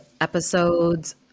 episodes